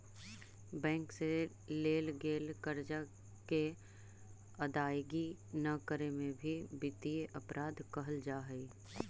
bank से लेल गेल कर्जा के अदायगी न करे में भी वित्तीय अपराध कहल जा हई